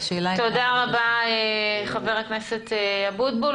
תודה רבה חבר הכנסת אבוטבול.